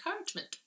encouragement